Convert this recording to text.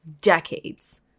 decades